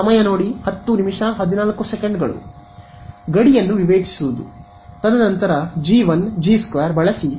ಗಡಿಯನ್ನು ವಿವೇಚಿಸುವುದು ತದನಂತರ ಜಿ 1 ಜಿ ೨ ಬಳಸಿ